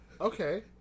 Okay